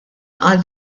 għal